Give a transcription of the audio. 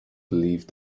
believed